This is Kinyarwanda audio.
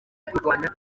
kurwanya